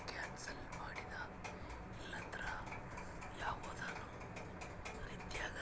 hot list ಅಂಬಾದು credit ಕಾರ್ಡುಗುಳ್ನ ಕಳುವು ಇಲ್ಲ ಕ್ಯಾನ್ಸಲ್ ಮಾಡಿದ ಇಲ್ಲಂದ್ರ ಯಾವ್ದನ ರೀತ್ಯಾಗ ರಾಜಿ ಮಾಡಿದ್ ಪಟ್ಟಿ